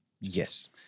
Yes